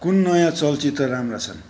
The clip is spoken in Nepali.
कुन नयाँ चलचित्र राम्रा छन्